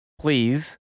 please